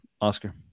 oscar